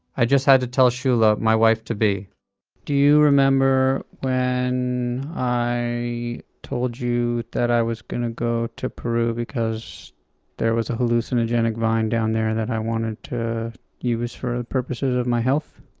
i just had to tell shula, my wife-to-be do you remember when i told you that i was going to go to peru because there was a hallucinogenic vine down there that i wanted to use for the purposes of my health?